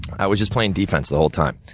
i was just playing defense the whole time.